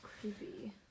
creepy